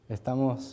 Estamos